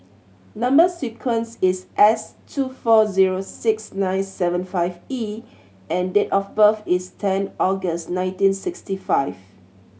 number sequence is S two four zero six nine seven five E and date of birth is ten August nineteen sixty five